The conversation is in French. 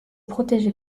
protéger